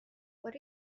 what